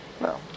No